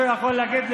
המדינה.